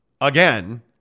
again